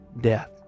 death